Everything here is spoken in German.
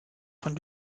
von